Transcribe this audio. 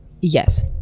Yes